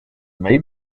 may